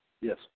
yes